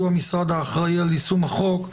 שהוא המשרד האחראי על יישום החוק,